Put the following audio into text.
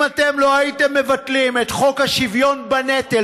אם אתם לא הייתם מבטלים את חוק השוויון בנטל